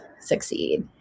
succeed